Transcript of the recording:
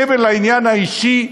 מעבר לעניין האישי,